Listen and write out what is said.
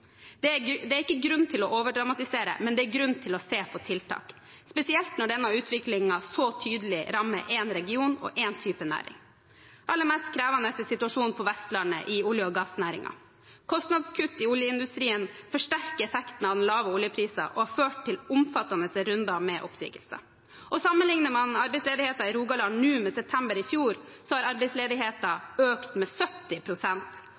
Det er ingen grunn til å overdramatisere, men det er grunn til å se på tiltak, spesielt når denne utviklingen så tydelig rammer én region og én type næring. Aller mest krevende er situasjonen på Vestlandet, i olje- og gassnæringen. Kostnadskutt i oljeindustrien forsterker effekten av den lave oljeprisen og har ført til omfattende runder med oppsigelser. Sammenlikner man arbeidsledigheten i Rogaland nå med september i fjor, har arbeidsledigheten økt med